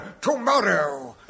tomorrow